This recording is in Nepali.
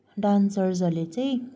डान्सर्सहरूले चाहिँ